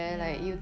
ya